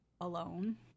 alone